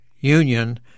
union